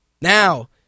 Now